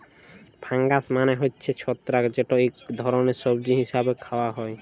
fungus মালে হছে ছত্রাক যেট ইক ধরলের সবজি হিসাবে খাউয়া হ্যয়